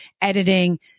Editing